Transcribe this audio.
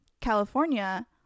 California